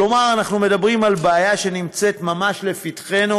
כלומר, אנחנו מדברים על בעיה שנמצאת ממש לפתחנו,